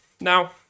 Now